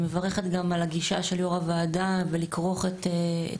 היא מברכת גם על הגישה של יו"ר הוועדה לכרוך את כבאות